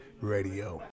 Radio